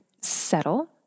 settle